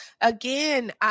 again